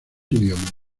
idiomas